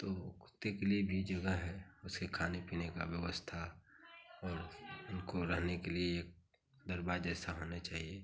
तो कुत्ते के लिए भी जगह है उसके खाने पीने की व्यवस्था और उनको रहने के लिए एक दरबा जैसा होना चाहिए